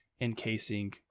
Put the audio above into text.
encasing